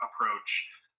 approach